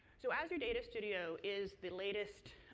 so azure data studio is the latest